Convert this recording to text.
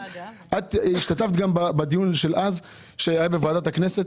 גם את השתתפת בדיון בוועדת הכנסת.